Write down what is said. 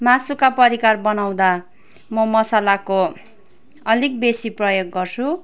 मासुका परिकार बनउँदा म मसालाको अलिक बेसी प्रयोग गर्छु